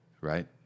right